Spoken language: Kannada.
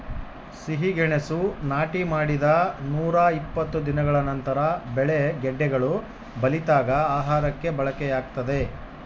ಸಿಹಿಗೆಣಸು ನಾಟಿ ಮಾಡಿದ ನೂರಾಇಪ್ಪತ್ತು ದಿನಗಳ ನಂತರ ಬೆಳೆ ಗೆಡ್ಡೆಗಳು ಬಲಿತಾಗ ಆಹಾರಕ್ಕೆ ಬಳಕೆಯಾಗ್ತದೆ